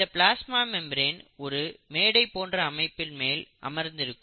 இந்த plasma membrane ஒரு மேடை போன்ற அமைப்பின் மேல் அமர்ந்திருக்கும்